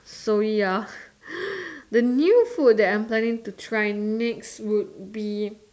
so ya the new food I'm planning to try next would be